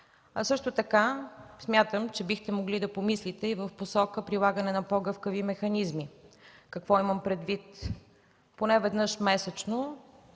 Също така смятам, че бихте могли да помислите и в посока прилагане на по-гъвкави механизми. Какво имам предвид? Поне веднъж месечно